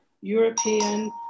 European